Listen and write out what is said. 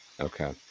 Okay